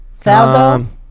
Thousand